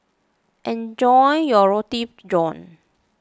enjoy your Roti John